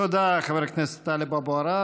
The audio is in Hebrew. תודה לחבר הכנסת טלב אבו עראר.